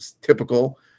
typical